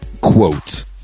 quote